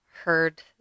heard